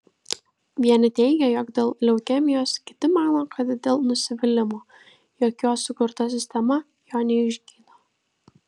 vieni teigia jog dėl leukemijos kiti mano kad dėl nusivylimo jog jo sukurta sistema jo neišgydo